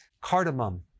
Cardamom